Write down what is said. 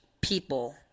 people